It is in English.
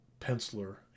penciler